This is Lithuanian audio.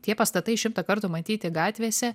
tie pastatai šimtą kartų matyti gatvėse